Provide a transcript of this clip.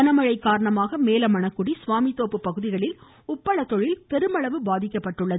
கனமழை காரணமாக மேலமணக்குடி சுவாமித்தோப்பு பகுதிகளில் உப்பள தொழில் பெருமளவு பாதிக்கப்பட்டுள்ளது